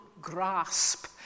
grasp